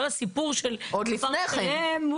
כל הסיפור של --- עוד לפני כן.